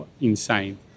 insane